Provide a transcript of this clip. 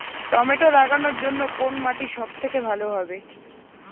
Tomato লাগানোর জন্যে কোন মাটি সব থেকে ভালো হবে?